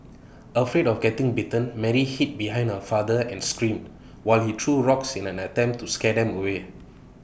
afraid of getting bitten Mary hid behind her father and screamed while he threw rocks in an attempt to scare them away